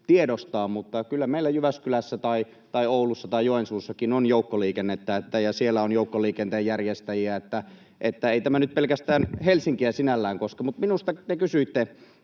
tiedostaa, mutta kyllä meillä Jyväskylässä, Oulussa tai Joensuussakin on joukkoliikennettä, ja siellä on joukkoliikenteen järjestäjiä. Ei tämä nyt pelkästään Helsinkiä sinällään koske. Mutta minusta te kysyitte,